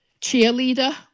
cheerleader